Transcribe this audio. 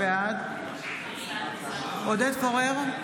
בעד עודד פורר,